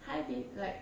hi bib like